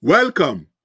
Welcome